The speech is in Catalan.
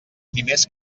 primers